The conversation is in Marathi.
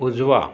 उजवा